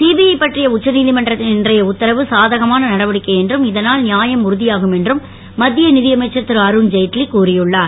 CBI பற்றிய உச்ச நீதிமன்றத்தின் இன்றைய உத்தரவு சாதகமான நடவடிக்கை என்றும் இதனால் நியாயம் உறுதியாகும் என்றும் மத்திய நிதி அமைச்சர் திரு அருண்ஜெய்ட்லி கூறியுள்ளார்